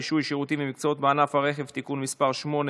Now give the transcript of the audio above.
רישוי שירותים ומקצועות בענף הרכב (תיקון מס' 8),